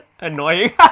Annoying